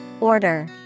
order